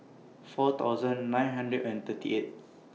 four thousand nine hundred and thirty eighth